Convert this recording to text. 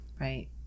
right